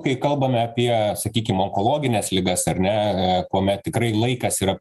kai kalbame apie sakykim onkologines ligas ar ne kuomet tikrai laikas yra